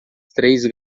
três